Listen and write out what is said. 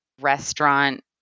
restaurant